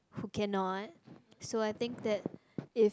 who cannot so I think that if